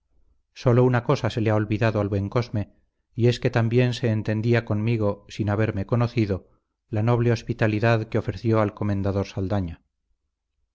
sólo una cosa se le ha olvidado al buen cosme y es que también se entendía conmigo sin haberme conocido la noble hospitalidad que ofreció al comendador saldaña